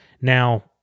Now